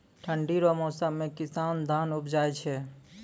ठंढी रो मौसम मे किसान धान उपजाय छै